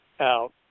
out